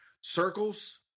Circles